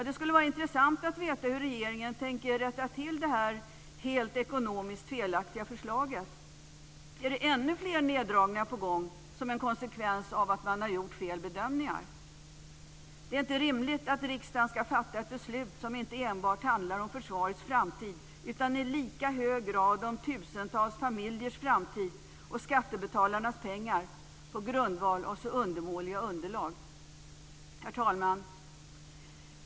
Det skulle vara intressant att veta hur regeringen tänker rätta till detta helt ekonomiskt felaktiga förslag. Är det ännu fler neddragningar på gång som en konsekvens av att man har gjort fel bedömningar? Det är inte rimligt att riksdagen på grundval av så undermåliga underlag ska fatta ett beslut som inte enbart handlar om försvarets framtid utan i lika hög grad om tusentals familjers framtid och om skattebetalarnas pengar. Herr talman!